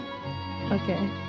Okay